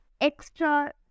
extra